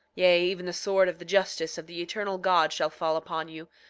yea, even the sword of the justice of the eternal god shall fall upon you,